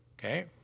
Okay